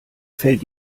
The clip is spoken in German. fällt